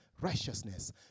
righteousness